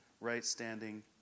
right-standing